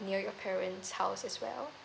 near your parent's house as well